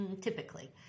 typically